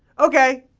okay!